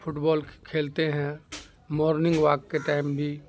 fit بال کھیلتے ہیں morning walk کے ٹائم بھی